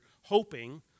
hoping